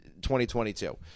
2022